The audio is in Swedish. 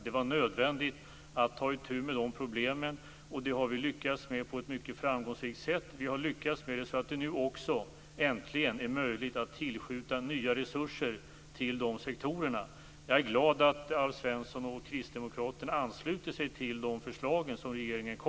Det var nödvändigt att ta itu med de problemen, och det har vi på ett mycket framgångsrikt sätt lyckats med. Vi har lyckats med det i sådan utsträckning att det nu äntligen är möjligt att tillskjuta nya resurser till de sektorerna. Jag är glad över att Alf Svensson och Kristdemokraterna ansluter sig till regeringens förslag.